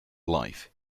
life